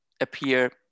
appear